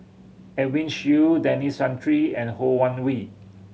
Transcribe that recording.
Edwin Siew Denis Santry and Ho Wan Hui